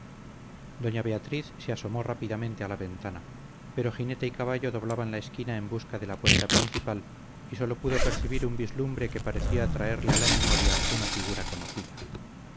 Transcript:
doña beatriz se asomó rápidamente a la ventana pero jinete y caballo doblaban la esquina en busca de la puerta principal y sólo pudo percibir un vislumbre que parecía traerle a la memoria una figura conocida